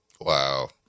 Wow